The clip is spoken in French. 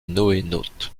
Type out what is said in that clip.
noénautes